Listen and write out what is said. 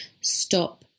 Stop